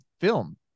film